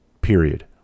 period